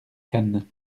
cannes